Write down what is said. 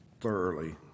thoroughly